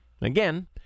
Again